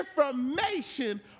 information